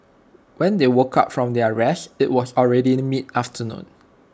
when they woke up from their rest IT was already mid afternoon